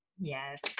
yes